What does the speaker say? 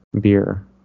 beer